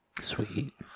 Sweet